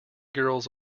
girls